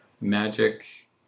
Magic